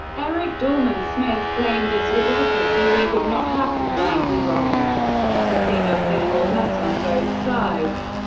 eric dorman-smith claimed that it was a pity we could not have combined with rommel to clean up the whole mess on both sides.